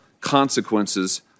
consequences